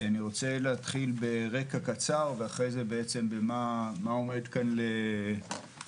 אני רוצה להתחיל ברקע קצר ואחרי זה במה שעומד כאן לדיון.